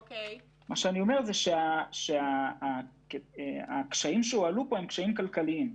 אני אומר שהקשיים שהועלו פה הם קשיים כלכליים.